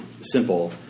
simple